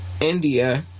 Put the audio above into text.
India